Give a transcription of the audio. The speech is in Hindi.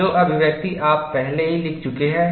जो अभिव्यक्ति आप पहले ही लिख चुके हैं